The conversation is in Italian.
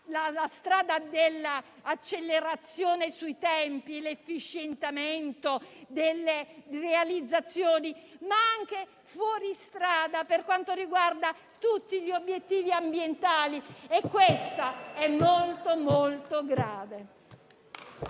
dalla strada dell'accelerazione sui tempi e dell'efficientamento delle realizzazioni, ma anche fuori strada per quanto riguarda tutti gli obiettivi ambientali. Questo è veramente molto grave.